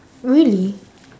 really